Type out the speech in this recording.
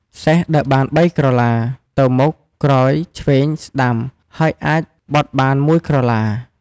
សេះ ដើរបាន ៣ក្រឡា ទៅមុខ ក្រោយ ឆ្វេង ស្កាំ ហើយអាចបត់បាន ១ក្រឡា។